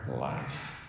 life